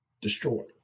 destroyed